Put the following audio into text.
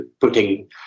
putting